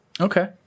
Okay